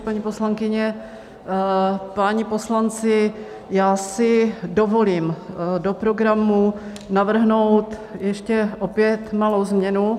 Paní poslankyně, páni poslanci, já si dovolím do programu navrhnout ještě opět malou změnu.